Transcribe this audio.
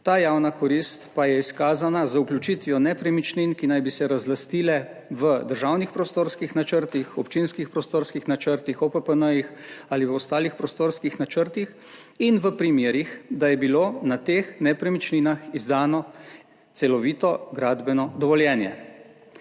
Ta javna korist pa je izkazana z vključitvijo nepremičnin, ki naj bi se razlastile v državnih prostorskih načrtih, občinskih prostorskih načrtih, OPPN ali v ostalih prostorskih načrtih in v primerih, da je bilo na teh nepremičninah izdano celovito gradbeno dovoljenje.